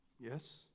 Yes